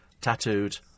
Tattooed